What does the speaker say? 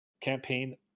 Campaign